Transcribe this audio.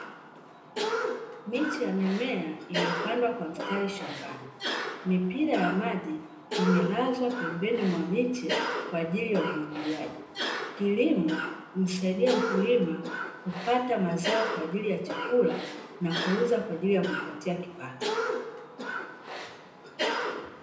Miche ya mimea imepandwa kwa mstari shambani. Mipira ya maji imelazwa pembeni mwa miche, kwa ajili ya umwagiliaji. Kilimo humsaidia mkulima kupata mazao, kwa ajili ya chakula na kuuza, kwa ajili ya kujipatia kipato.